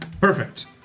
Perfect